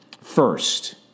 first